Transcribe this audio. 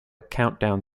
countdown